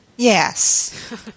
Yes